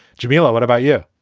jamila, what about you?